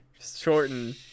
shorten